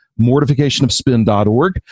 mortificationofspin.org